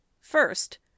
First